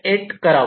8 करावा